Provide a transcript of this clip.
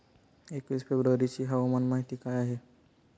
एकवीस फेब्रुवारीची हवामान माहिती आहे का?